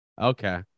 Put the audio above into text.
Okay